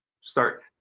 start